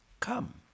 come